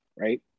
right